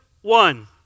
one